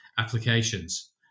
applications